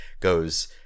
goes